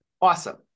Awesome